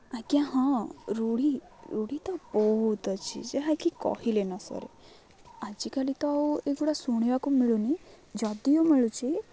ଆଜ୍ଞ ହଁ ରୂଢ଼ି ରୂଢ଼ି ତ ବହୁତ ଅଛି ଯାହାକି କହିଲେ ନ ସରେ ଆଜିକାଲି ତ ଆଉ ଏଗୁଡ଼ା ଶୁଣିବାକୁ ମିଳୁନି ଯଦିଓ ମିଳୁଛି